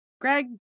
Greg